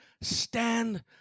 stand